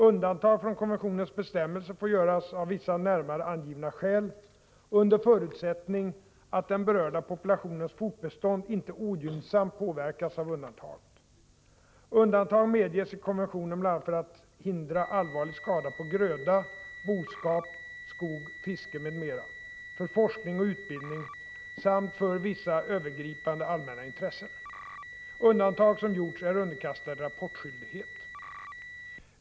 Undantag från konventionens bestämmelser får göras av vissa närmare angivna skäl under förutsättning att den berörda populationens fortbestånd inte ogynnsamt påverkas av undantaget. Undantag medges i konventionen bl.a. för att hindra allvarlig skada på gröda, boskap, skog, fiske m.m., för forskning och utbildning samt för vissa övergripande allmänna intressen. Undantag som gjorts är underkastade rapportskyldighet.